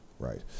Right